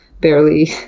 barely